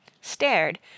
stared